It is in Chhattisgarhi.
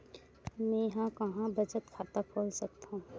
मेंहा कहां बचत खाता खोल सकथव?